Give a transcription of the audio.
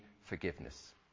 forgiveness